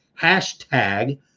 hashtag